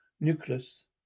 nucleus